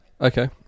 Okay